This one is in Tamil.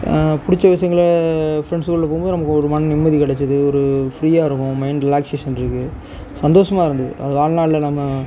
பிடிச்ச விஷயங்களை ஃபிரண்ட்ஸ் சூன்ல போகும்போது நமக்கு ஒரு மன நிம்மதி கிடச்சிது ஒரு ஃப்ரீயாக இருக்கும் மைண்ட் ரிலாக்சேஷன் இருக்கு சந்தோசமாக இருந்துது அது வாழ்நாளில் நம்ம